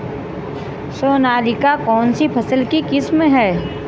सोनालिका कौनसी फसल की किस्म है?